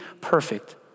perfect